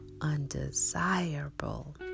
undesirable